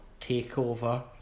TakeOver